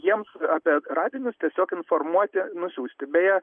jiems apie radinius tiesiog informuoti nusiųsti beja